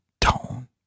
tone